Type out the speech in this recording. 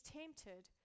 tempted